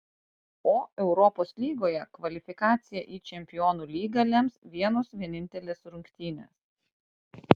o europos lygoje kvalifikaciją į čempionų lygą lems vienos vienintelės rungtynės